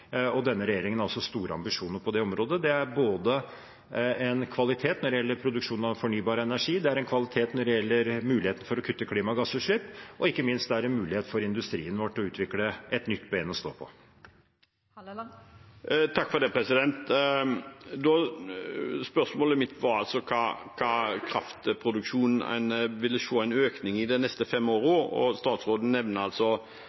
Denne regjeringen har også store ambisjoner på det området. Det er både en kvalitet når det gjelder produksjon av fornybar energi, det er en kvalitet når det gjelder muligheten for å kutte klimagassutslipp, og ikke minst er det en mulighet for industrien vår til å utvikle et nytt ben å stå på. Spørsmålet mitt var altså hva slags kraftproduksjon en ville se en økning i de neste fem